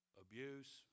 abuse